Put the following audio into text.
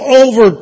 over